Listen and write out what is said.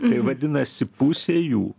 tai vadinasi pusė jų